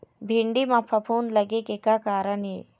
भिंडी म फफूंद लगे के का कारण ये?